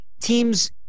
teams